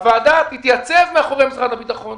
הוועדה תתייצב מאחורי משרד הביטחון,